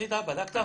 בדקת?